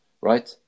Right